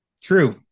true